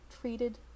treated